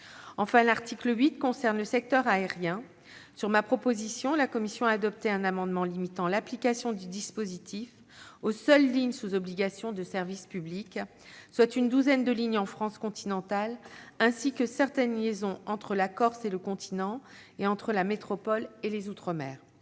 grève. L'article 8 concerne le secteur aérien. Sur ma proposition, la commission a adopté un amendement tendant à limiter l'application du dispositif aux seules lignes sous obligation de service public, soit une douzaine de lignes en France continentale ainsi que certaines liaisons entre la Corse et le continent et entre la métropole et les outre-mer.